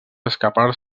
escapar